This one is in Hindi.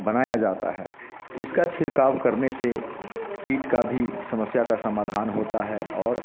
बनाया जाता है इसका छिड़काव करने से कीट का भी समस्या का समाधान होते है और